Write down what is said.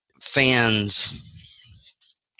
fans